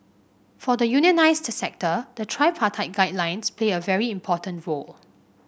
for the unionised sector the tripartite guidelines play a very important role